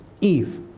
Eve